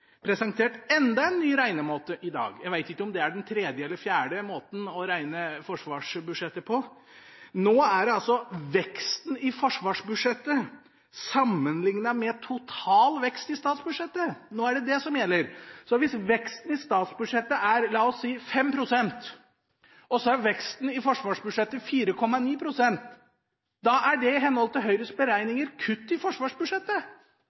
presentert for enda en ny regnemåte i dag. Jeg veit ikke om det er den tredje eller fjerde måten å regne forsvarsbudsjettet på. Nå er det veksten i forsvarsbudsjettet sammenliknet med total vekst i statsbudsjettet som gjelder. Så hvis vi sier at veksten i statsbudsjettet er på 5 pst., og veksten i forsvarsbudsjettet er på 4,9 pst., er det i henhold til Høyres beregninger kutt i forsvarsbudsjettet.